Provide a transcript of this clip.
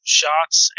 shots